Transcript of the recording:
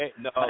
No